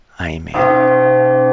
Amen